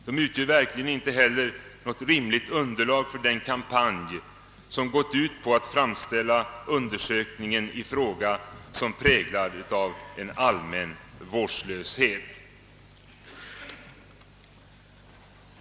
Det utgör inte heHer något rimligt underlag för den kampanj som har gått ut på att framställa undersökningen i fråga som präglad av allmän vårdslöshet.